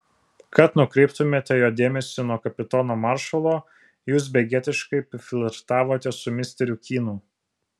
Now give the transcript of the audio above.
kad nukreiptumėte jo dėmesį nuo kapitono maršalo jūs begėdiškai flirtavote su misteriu kynu